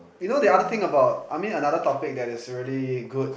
you know the other thing about I mean another topic that is really good